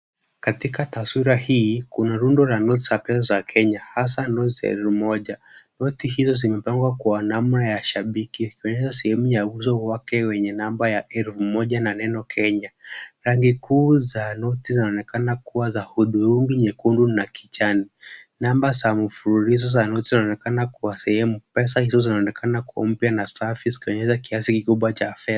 Katika taswira hii kuna rundo la noti za pesa za Kenya hasaa noti za elfu moja. Noti hizo zimepangwa kwa namna ya shabiki kuonyesha sehemu ya uso wake wenye namba ya elfu moja na neno Kenya. Rangi kuu za noti zaonekana kuwa za hudhurungi, nyekundu na kijani. Namba za mfululizo za noti zinaonekana kwa sehemu. Pesa hizo zinaonekana kuwa mpya na safi zikionyesha kiasi kikubwa cha fedha.